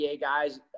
guys